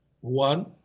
One